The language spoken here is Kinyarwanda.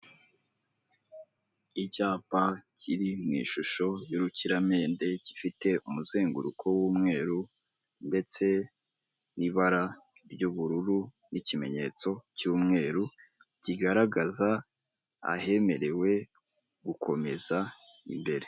Umugore wambaye ikanzu y'amabara impande ye umusore uhetse igikapu cy'umutuku imbere yabo hari umugabo wambaye imyenda y'icyatsi kibisi, ushinzwe umutekano inyuma yabo inyubako ndende ikorerwamo ubucuruzi.